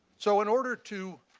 so in order to